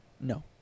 No